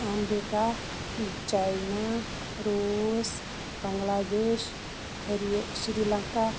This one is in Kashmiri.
امریٖکا چاینا روٗس بَنٛگلادیش ہریا شری لَنکا